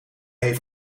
heeft